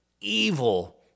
evil